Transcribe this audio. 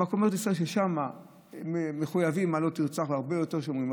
במקומות שבהם מחויבים ב"לא תרצח" והרבה יותר שומרים,